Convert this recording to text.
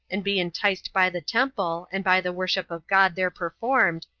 and be enticed by the temple, and by the worship of god there performed,